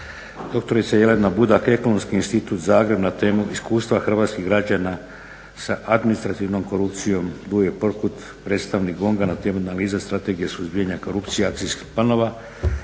doktorica Jelena Budak, Ekonomski institut Zagreb na temu "Iskustva hrvatskih građana sa administrativnom korupcijom", Duje Prkut, predstavnik GONG-a na temu "Analiza i strategija suzbijanja korupcije i akcijskih planova"